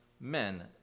men